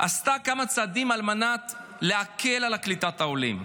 עשתה כמה צעדים כדי להקל את קליטת העולים.